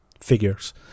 figures